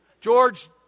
George